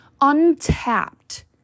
untapped